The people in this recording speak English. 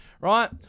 right